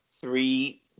three